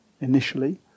initially